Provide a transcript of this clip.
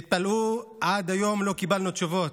תתפלאו, עד היום לא קיבלנו תשובות.